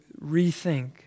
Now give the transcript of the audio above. rethink